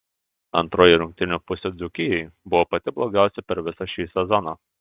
antroji rungtynių pusė dzūkijai buvo pati blogiausia per visą šį sezoną